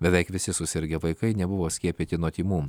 beveik visi susirgę vaikai nebuvo skiepyti nuo tymų